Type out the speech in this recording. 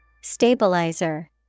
Stabilizer